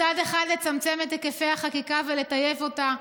מצד אחד לצמצם את היקפי החקיקה ולטייב אותה,